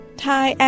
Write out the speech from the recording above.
thai